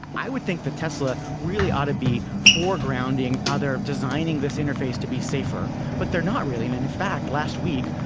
i would think that tesla really ought to be foregrounding how they're designing this interface to be safer, but they're not really. and in fact, last week,